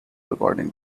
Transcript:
recording